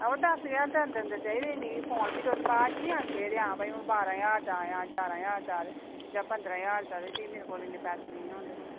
बाऽ दस् ज्हार दे अंदर अंदर चाहिदा ई मिगी फोन भी तुस बाद च निं आक्खेओ ते जेह्ड़े भई हून बारहां ज्हार दा आया ञारां ज्हार दा आया जां पंदरां ज्हार दा ते भी मेरे कोल इन्ने पैसे निं होंदे निं